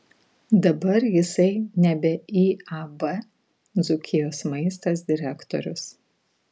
dabar jisai nebe iab dzūkijos maistas direktorius